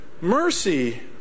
mercy